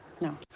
no